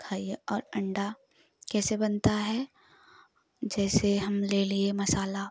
खाइए और अंडा कैसे बनता है जैसे हम ले लिए मसाला